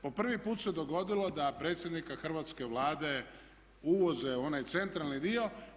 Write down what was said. Po prvi put se dogodilo da predsjednika hrvatske Vlade uvoze u onaj centralni dio.